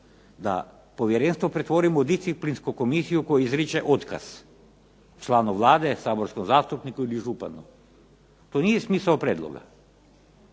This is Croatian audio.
da povjerenstvo pretvorimo u disciplinsku komisiju koji izriče otkaz članu Vlade, saborskom zastupniku ili županu. To nije smisao prijedloga.